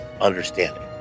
understanding